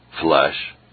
flesh